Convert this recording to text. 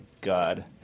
God